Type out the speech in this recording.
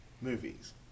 movies